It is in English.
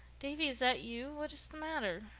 davy, is that you? what is the matter?